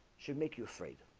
should make you afraid